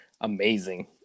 amazing